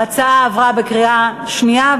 ההצעה עברה בקריאה שנייה.